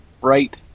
right